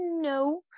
no